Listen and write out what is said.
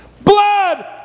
Blood